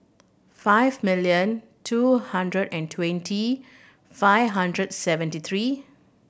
five million two hundred and twenty five hundred seventy three